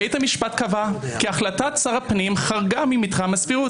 בית המשפט קבע כי החלטת שר הפנים חרגה ממתחם הסבירות.